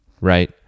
Right